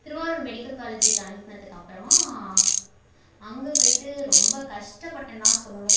Thiruvarur medical காலேஜுக்கு அனுப்புனதுக்கு அப்புறமா அங்கே போயிவிட்டு ரொம்ப கஷ்டப்பட்டேன் தான் சொல்லணும்